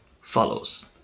follows